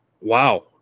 Wow